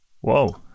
Whoa